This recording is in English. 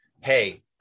hey